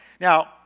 Now